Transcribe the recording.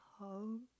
home